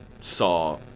saw